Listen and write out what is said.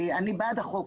קודם כל, אני בעד החוק.